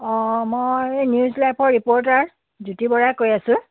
অঁ মই নিউজ লাইভৰ ৰিপ'ৰ্টাৰ জ্যোতি বৰাই কৈ আছোঁ